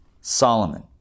Solomon